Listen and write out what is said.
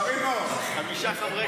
תראו, הוא ממשיך את השעון.